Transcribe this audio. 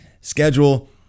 schedule